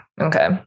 Okay